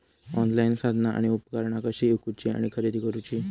Online साधना आणि उपकरणा कशी ईकूची आणि खरेदी करुची?